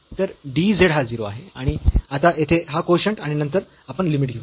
तर dz हा 0 आहे आणि आता येथे हा कोशंट आणि नंतर आपण लिमिट घेऊ